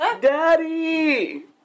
Daddy